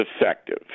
effective